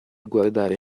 guardare